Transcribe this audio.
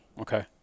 Okay